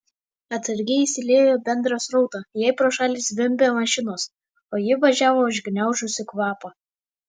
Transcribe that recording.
atsargiai įsiliejo į bendrą srautą jai pro šalį zvimbė mašinos o ji važiavo užgniaužusi kvapą